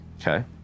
okay